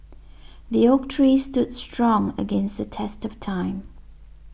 the oak tree stood strong against the test of time